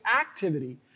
activity